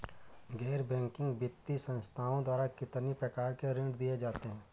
गैर बैंकिंग वित्तीय संस्थाओं द्वारा कितनी प्रकार के ऋण दिए जाते हैं?